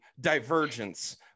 divergence